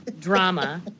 drama